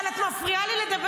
אבל את מפריעה לי לדבר.